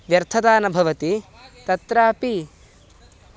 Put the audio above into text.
व्यर्थता न भवति तत्रापि